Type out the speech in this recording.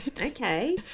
Okay